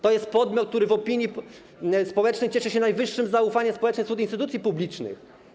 To jest podmiot, który w opinii społecznej cieszy się najwyższym zaufaniem społecznym wśród instytucji publicznych.